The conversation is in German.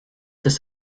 des